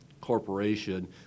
Corporation